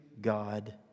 God